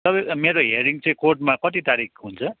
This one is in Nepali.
तपाईँ मेरो हियरिङ चाहिँ कोर्टमा कति तारिख हुन्छ